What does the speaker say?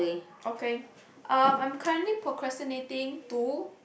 okay um I'm currently procrastinating to